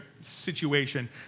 situation